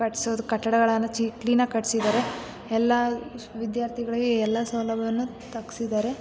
ಕಟ್ಸೋದು ಕಟ್ಟಡಗಳನ್ನು ಕ್ಲೀನಾಗಿ ಕಟ್ಸಿದ್ದಾರೆ ಎಲ್ಲ ವಿದ್ಯಾರ್ಥಿಗಳಿಗೆ ಎಲ್ಲ ಸೌಲಭ್ಯವನ್ನು ತಗ್ಸಿದ್ದಾರೆ